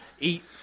eat